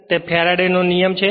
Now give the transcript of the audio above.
તે ફેરાડેનો નિયમ Faraday's law છે